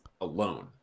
alone